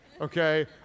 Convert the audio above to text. okay